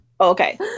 Okay